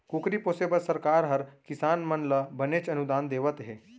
कुकरी पोसे बर सरकार हर किसान मन ल बनेच अनुदान देवत हे